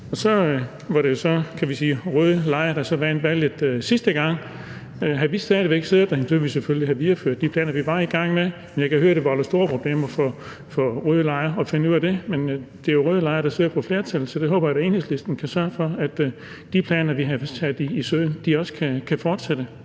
så den røde lejr, der vandt valget sidste gang, og havde vi stadig væk siddet, ville vi selvfølgelig have videreført de planer, vi var i gang med, men jeg kan høre, at det volder store problemer for rød lejr at finde ud af det. Men det er jo rød lejr, der sidder på flertallet, og jeg håber da, at Enhedslisten kan sørge for, at de planer, vi havde sat i søen, også kan fortsætte.